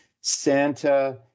Santa